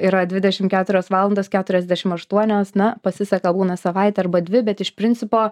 yra dvidešimt keturios valandos keturiasdešimt aštuonios na pasiseka būna savaitė arba dvi bet iš principo